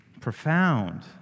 profound